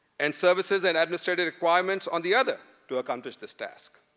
and services and administrative requirements on the other to accomplish this task?